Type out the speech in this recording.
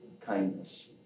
kindness